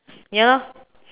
ya lor